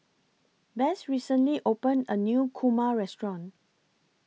Bess recently opened A New Kurma Restaurant